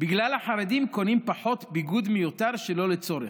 בגלל החרדים קונים פחות ביגוד מיותר שלא לצורך,